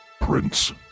Prince